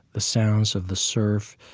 the sounds of the surf,